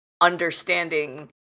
understanding